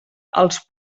als